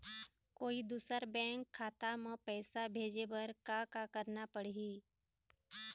कोई दूसर बैंक खाता म पैसा भेजे बर का का करना पड़ही?